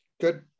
Good